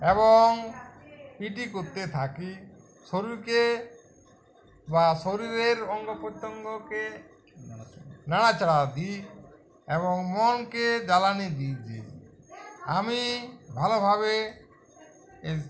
এবং পিটি করতে থাকি শরীরকে বা শরীরের অঙ্গ প্রত্যঙ্গকে নাড়াচাড়া দিই এবং মনকে জ্বালানি দিই আমি ভালোভাবে